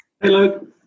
hello